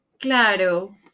Claro